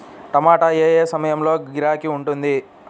టమాటా ఏ ఏ సమయంలో గిరాకీ ఉంటుంది?